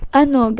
ano